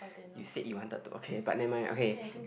you said you wanted to okay but never mind okay